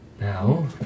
Now